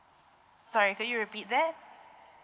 sorry could you repeat that